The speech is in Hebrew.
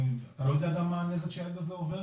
ואתה לא יודע גם איזה נזק הילד הזה עובר